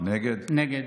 נגד